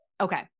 okay